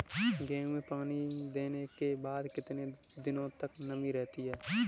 गेहूँ में पानी देने के बाद कितने दिनो तक नमी रहती है?